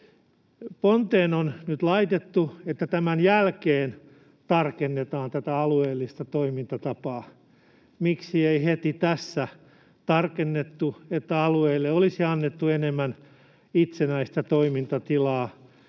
Ponteen on nyt laitettu, että tämän jälkeen tarkennetaan tätä alueellista toimintatapaa. Miksi ei heti tässä tarkennettu, että alueille olisi annettu enemmän itsenäistä toimintatilaa